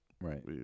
Right